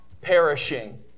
perishing